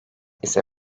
ise